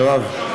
מרב.